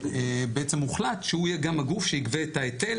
בעצם הוחלט שהוא יהיה גם הגוף שיגבה את ההיטל